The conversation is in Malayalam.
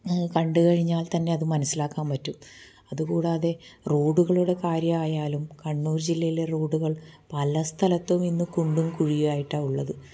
കണ്ടു കഴിഞ്ഞാൽത്തന്നെ അത് മനസിലാക്കാൻ പറ്റും അതുകൂടാതെ റോഡുകളുടെ കാര്യമായാലും കണ്ണൂർ ജില്ലയിലെ റോഡുകൾ പല സ്ഥലത്തും ഇന്നും കുണ്ടും കുഴിയുമായിട്ടാണ് ഉള്ളത്